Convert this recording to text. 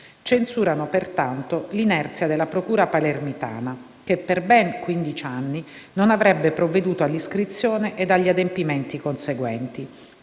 Censurano, pertanto, l'inerzia della procura palermitana che, per ben quindici anni, non avrebbe provveduto all'iscrizione ed agli adempimenti conseguenti,